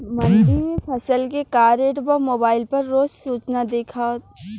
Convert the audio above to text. मंडी में फसल के का रेट बा मोबाइल पर रोज सूचना कैसे मिलेला?